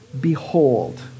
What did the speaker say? behold